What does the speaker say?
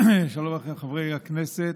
שלום לכם, חברי הכנסת.